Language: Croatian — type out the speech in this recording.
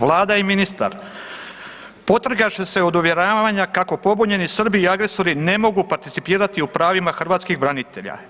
Vlada i ministar potrgaše se od uvjeravanja kako pobunjeni Srbi i agresori ne mogu participirati u pravima hrvatskih branitelja.